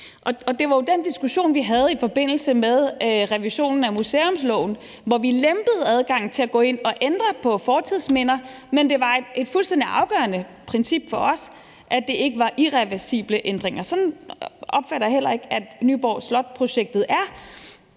Det var den diskussion, vi havde i forbindelse med revisionen af museumsloven, hvor vi lempede adgangen til at gå ind og ændre på fortidsminder, men det var et fuldstændig afgørende princip for os, at det ikke var irreversible ændringer. Sådan opfatter jeg heller ikke Nyborg Slot-projektet er.